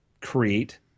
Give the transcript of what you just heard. create